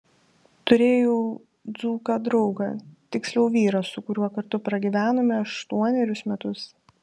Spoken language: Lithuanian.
turėjau dzūką draugą tiksliau vyrą su kuriuo kartu pragyvenome aštuonerius metus